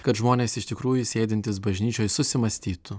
kad žmonės iš tikrųjų sėdintys bažnyčioj susimąstytų